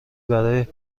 برای